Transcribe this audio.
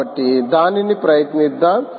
కాబట్టి దానిని ప్రయత్నిద్దాం